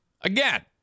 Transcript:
Again